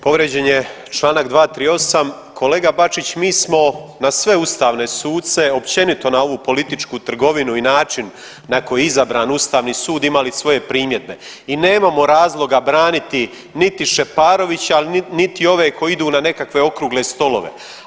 Povrijeđen je čl. 238. kolega Bačić mi smo na sve ustavne suce, općenito na ovu političku trgovinu i način na koji je izabran ustavni sud imali svoje primjedbe i nemamo razloga braniti niti Šeparovića, a niti ove koji idu na nekakve okrugle stolove.